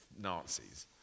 Nazis